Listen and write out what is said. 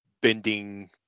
bending